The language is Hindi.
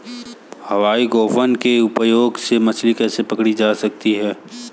हवाई गोफन के उपयोग से मछली कैसे पकड़ी जा सकती है?